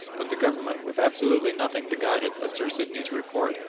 but the government, with absolutely nothing to guide it but sir sidney's report,